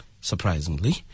Surprisingly